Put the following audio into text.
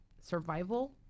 survival